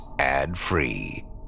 ad-free